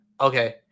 Okay